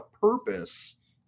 purpose